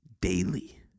daily